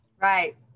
Right